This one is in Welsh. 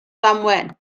ddamwain